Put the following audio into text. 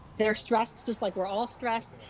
they're stressed, just like we're all stressed.